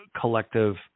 collective